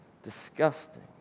disgusting